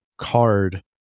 Card